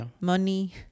money